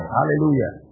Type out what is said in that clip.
Hallelujah